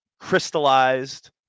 crystallized